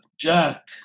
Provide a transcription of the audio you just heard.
Jack